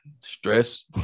stress